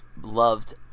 loved